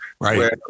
Right